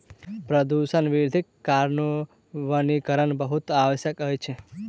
प्रदूषण वृद्धिक कारणेँ वनीकरण बहुत आवश्यक अछि